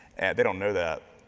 they don't know that.